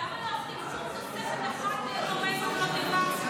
אבל למה לא עשיתם שום תוספת אחת ליתומי פעולות איבה?